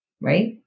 right